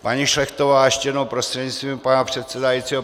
Paní Šlechtová ještě jednou prostřednictvím pana předsedajícího